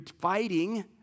fighting